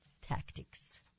Tactics